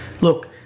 Look